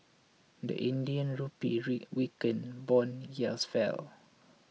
the Indian Rupee weakened bond yields fell